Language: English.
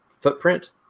footprint